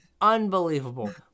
Unbelievable